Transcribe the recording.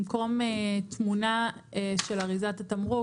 במקום "תמונה של אריזת התמרוק",